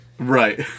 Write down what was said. Right